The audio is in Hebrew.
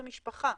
זה משפחה.